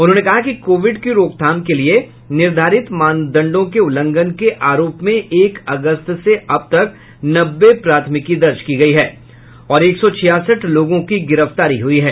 उन्होंने कहा कि कोविड की रोकथाम के लिये निर्धारित मानदंडों के उल्लंघन के आरोप में एक अगस्त से अब तक नब्बे प्राथमिकी दर्ज गई है और एक सौ छियासठ लोगों की गिरफ्तारी हुई है